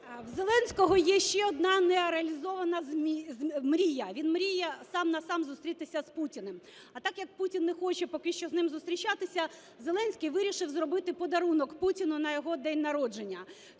У Зеленського є ще одна нереалізована мрія. Він мріє сам-на-сам зустрітися з Путіним. А так як Путін не хоче поки що з ним зустрічатися, Зеленський вирішив зробити подарунок Путіну на його день народження.